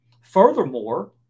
Furthermore